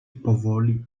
powoli